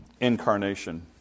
Incarnation